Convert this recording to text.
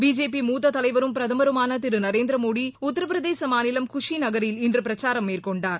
BJP மூத்த தலைவரும் பிரதமருமான திரு நரேந்திர மோடி உத்தரப்பிரதேச மாநிலம் குஷி நகரில் இன்று பிரச்சாரம் மேற்கொண்டார்